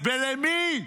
ולמי?